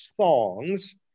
songs